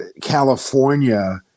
California